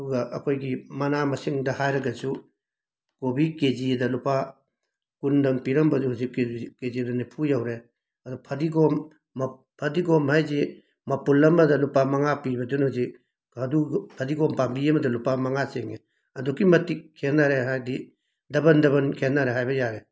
ꯑꯗꯨꯒ ꯑꯩꯈꯣꯏꯒꯤ ꯃꯅꯥ ꯃꯁꯤꯡꯗ ꯍꯥꯏꯔꯒꯁꯨ ꯀꯣꯕꯤ ꯀꯦꯖꯤꯗ ꯂꯨꯄꯥ ꯀꯨꯟꯗꯪ ꯄꯤꯔꯝꯕꯗꯨ ꯍꯧꯖꯤꯛ ꯀꯦꯖꯤ ꯀꯦꯖꯤꯗ ꯅꯤꯐꯨ ꯌꯧꯔꯦ ꯑꯗꯣ ꯐꯗꯤꯒꯣꯝ ꯃꯞ ꯐꯗꯤꯒꯣꯝ ꯍꯥꯏꯁꯤ ꯃꯄꯨꯜ ꯑꯃꯗ ꯂꯨꯄꯥ ꯃꯉꯥ ꯄꯤꯕꯗꯨꯅ ꯍꯧꯖꯤꯛ ꯑꯗꯨ ꯐꯗꯤꯒꯣꯝ ꯄꯥꯝꯕꯤ ꯑꯃꯗ ꯂꯨꯄꯥ ꯃꯉꯥ ꯆꯤꯡꯉꯦ ꯑꯗꯨꯛꯀꯤ ꯃꯇꯤꯛ ꯈꯦꯠꯅꯔꯦ ꯍꯥꯏꯗꯤ ꯗꯕꯟ ꯗꯕꯟ ꯈꯦꯠꯅꯔꯦ ꯍꯥꯏꯕ ꯌꯥꯔꯦ